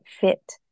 fit